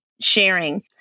sharing